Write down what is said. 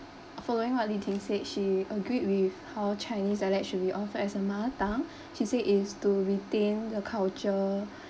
following what Li-Ting said she agreed with how chinese dialect should be offered as a mother tongue she said is to retain the culture